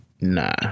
Nah